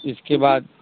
इसके बाद